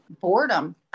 boredom